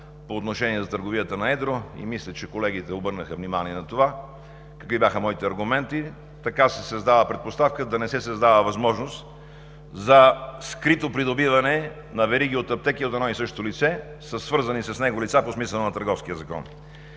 по отношение на търговията на едро, и мисля, че колегите обърнаха внимание на това. Какви бяха моите аргументи? Така се създава предпоставка да не се създава възможност за скрито придобиване на вериги от аптеки от едно и също лице със свързани с него лица по смисъла на Търговския закон.